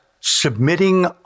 submitting